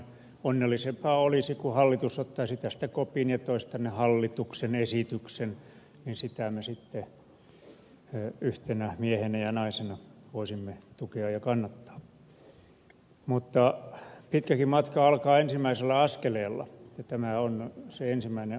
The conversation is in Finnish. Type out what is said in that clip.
onnellisempaa olisi kun hallitus ottaisi tästä kopin ja toisi sen tänne hallituksen esityksenä niin sitä me sitten yhtenä miehenä ja naisena voisimme tukea ja kannattaa mutta pitkäkin matka alkaa ensimmäisellä askeleella ja tämä on se ensimmäinen askel